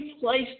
place